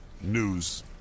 News